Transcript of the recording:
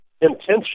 intention